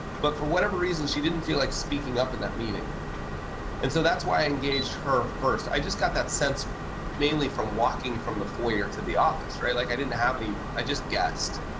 but for whatever reason, she didn't feel like speaking up in that meeting and so that's why i engaged her first. i just got that sense mainly from walking from the foyer to the office like i didn't have any i just guessed.